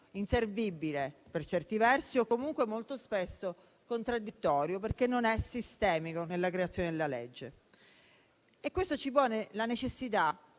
inservibile per certi versi o, comunque, molto spesso contraddittorio, perché non è sistemico nella creazione della norma. Ciò impone la necessità,